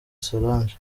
solange